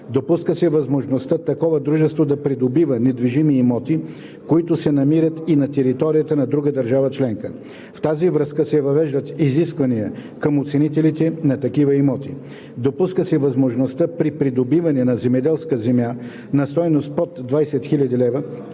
Допуска се възможността такова дружество да придобива недвижими имоти, които се намират и на територията на друга държава членка. В тази връзка се въвеждат изисквания към оценителите на такива имоти. Допуска се възможността при придобиване на земеделска земя на стойност под 20 000 лв.